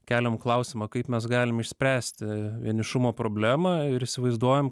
keliam klausimą kaip mes galim išspręsti vienišumo problemą ir įsivaizduojam